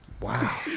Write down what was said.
wow